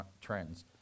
trends